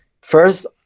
first